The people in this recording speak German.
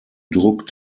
druck